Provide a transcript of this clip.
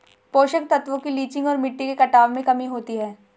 पोषक तत्वों की लीचिंग और मिट्टी के कटाव में कमी होती है